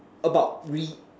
about re~